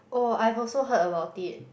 oh I've also heard about it